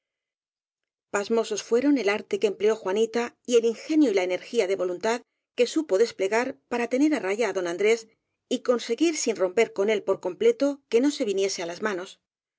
pasmosos fueron el arte que empleó juanita y el ingenio y la energía de voluntad que supo des plegar para tener á raya á don andrés y conseguir sin romper con él por completo que no se viniese á las manos